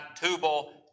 Tubal